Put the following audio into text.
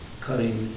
Cutting